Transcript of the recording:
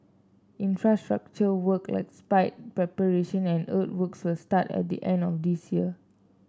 infrastructure work like spite preparation and earthworks will start at the end of this year